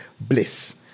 Bliss